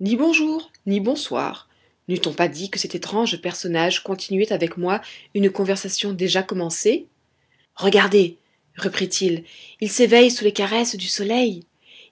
ni bonjour ni bonsoir n'eût-on pas dit que cet étrange personnage continuait avec moi une conversation déjà commencée regardez reprit-il il s'éveille sous les caresses du soleil